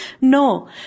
No